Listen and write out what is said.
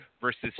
versus